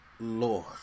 Lord